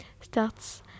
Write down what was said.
starts